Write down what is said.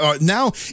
Now